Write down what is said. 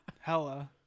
hella